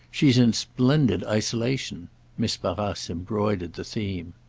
she's in splendid isolation miss barrace embroidered the theme.